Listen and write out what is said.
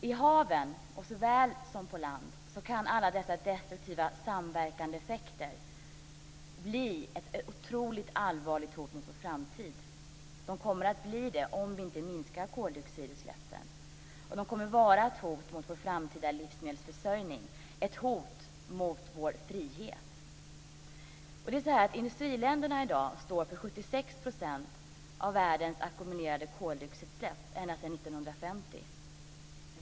I haven såväl som på land kan alla dessa destruktiva samverkande effekter bli ett otroligt allvarligt hot mot vår framtid. De kommer att bli det om vi inte minskar koldioxidutsläppen. De kommer att vara ett hot mot vår framtida livsmedelsförsörjning och ett hot mot vår frihet. I dag står industriländerna för 76 % av världens ackumulerade koldioxidutsläpp sedan 1950.